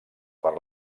per